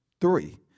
three